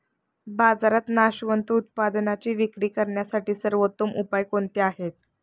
बाजारात नाशवंत उत्पादनांची विक्री करण्यासाठी सर्वोत्तम उपाय कोणते आहेत?